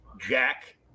jack